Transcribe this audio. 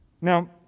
Now